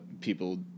people